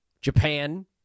Japan